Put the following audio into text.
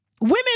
Women